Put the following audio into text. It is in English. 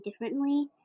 differently